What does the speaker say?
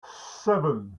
seven